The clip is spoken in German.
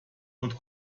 und